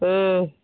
हँ